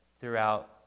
throughout